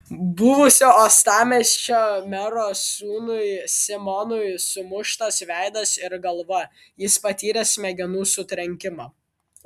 buvusio uostamiesčio mero sūnui simonui sumuštas veidas ir galva jis patyrė smegenų sutrenkimą